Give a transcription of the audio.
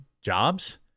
jobs